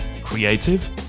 creative